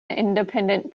independent